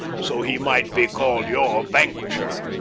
so he might be call'd your vanquisher.